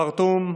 חרטום,